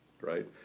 Right